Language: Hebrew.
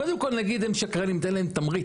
קודם כל נגיד הם שקרנים, ניתן להם תמריץ.